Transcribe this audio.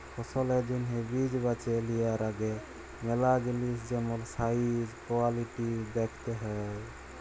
ফসলের জ্যনহে বীজ বাছে লিয়ার আগে ম্যালা জিলিস যেমল সাইজ, কোয়ালিটিজ দ্যাখতে হ্যয়